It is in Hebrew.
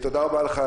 תודה רבה לך,